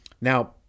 Now